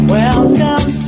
Welcome